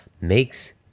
makes